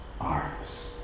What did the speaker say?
arms